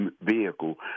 vehicle